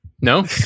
No